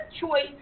choice